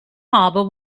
harbour